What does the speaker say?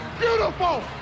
beautiful